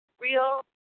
real